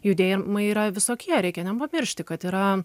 judėjimai yra visokie reikia nepamiršti kad yra